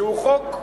חוק